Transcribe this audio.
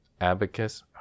Abacus